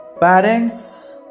Parents